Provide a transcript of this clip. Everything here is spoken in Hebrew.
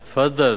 תפאדל.